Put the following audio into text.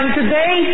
today